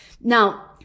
Now